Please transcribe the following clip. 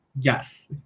Yes